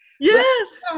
Yes